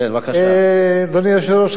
אדוני היושב-ראש,